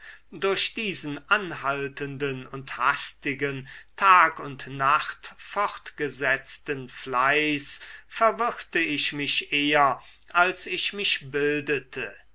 durch diesen anhaltenden und hastigen tag und nacht fortgesetzten fleiß verwirrte ich mich eher als ich mich bildete